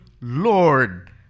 Lord